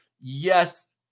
Yes